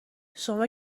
شما